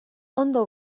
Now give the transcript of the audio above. ondo